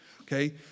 Okay